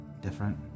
different